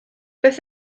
beth